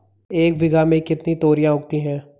एक बीघा में कितनी तोरियां उगती हैं?